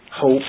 hope